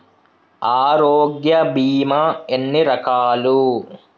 ఆరోగ్య బీమా ఎన్ని రకాలు?